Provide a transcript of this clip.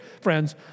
friends